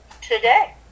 today